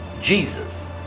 Jesus